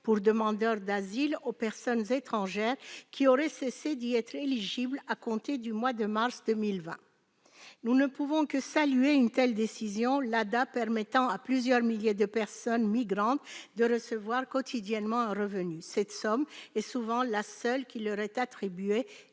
pour demandeur d'asile (ADA) pour les personnes étrangères qui auraient cessé d'y être éligibles à compter du mois de mars 2020. Nous ne pouvons que saluer une telle décision, l'ADA permettant à plusieurs milliers de personnes migrantes de recevoir quotidiennement un revenu. Cette somme est souvent la seule qui leur est attribuée